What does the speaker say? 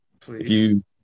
Please